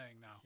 now